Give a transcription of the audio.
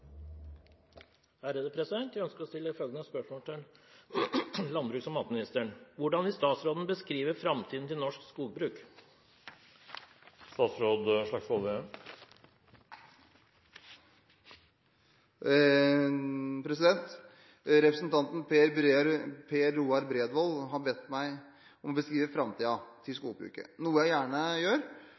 ønsker å stille følgende spørsmål til landbruks- og matministeren: «Hvordan vil statsråden beskrive fremtiden til norsk skogbruk?» Representanten Per Roar Bredvold har bedt meg om å beskrive framtiden til skogbruket, noe jeg gjerne